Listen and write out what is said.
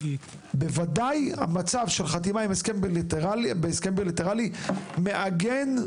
בוודאי המצב של חתימה על הסכם בילטרלי, מעגן,